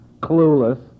clueless